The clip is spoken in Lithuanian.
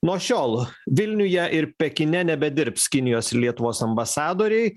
nuo šiol vilniuje ir pekine nebedirbs kinijos ir lietuvos ambasadoriai